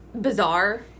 bizarre